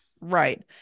Right